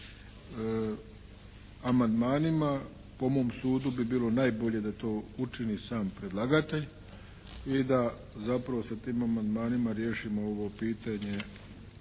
amandmanima. Po mom sudu bi bilo najbolje da to učini sam predlagatelj i da zapravo sa tim amandmanima riješimo ovo pitanje